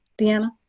Deanna